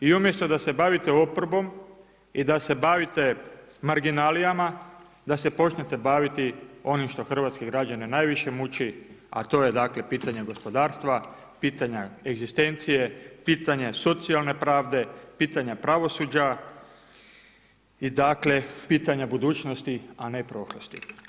I umjesto da se bavite oporbom i da se baviti marginalijama, da se počnete baviti onim što hrvatske građane najviše muči a to je dakle, pitanje gospodarstva, pitanje egzistencije, pitanje socijalna pravde, pitanje pravosuđa, i dakle, pitanje budućnosti a ne prošlosti.